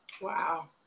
Wow